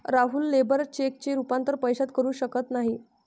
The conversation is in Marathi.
राहुल लेबर चेकचे रूपांतर पैशात करू शकत नाही